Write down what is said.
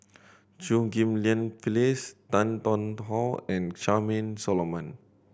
Chew Ghim Lian Phyllis Tan Tarn How and Charmaine Solomon